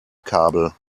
kabel